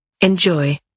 Enjoy